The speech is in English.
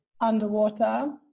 underwater